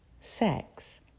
sex